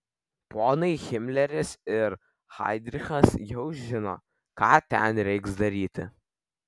ponai himleris ir heidrichas jau žino ką ten reiks daryti